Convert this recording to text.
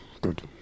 good